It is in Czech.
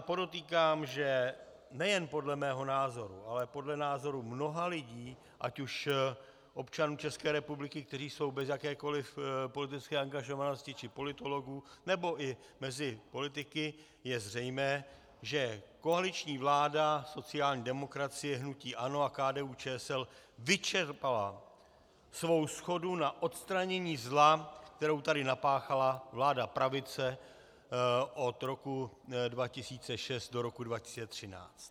Podotýkám, že nejen podle mého názoru, ale podle názoru mnoha lidí, ať už občanů České republiky, kteří jsou bez jakékoli politické angažovanosti, či politologů, nebo i mezi politiky, je zřejmé, že koaliční vláda sociální demokracie, hnutí ANO a KDUČSL vyčerpala svou shodu na odstranění zla, kterou tady napáchala vláda pravice od roku 2006 do roku 2013.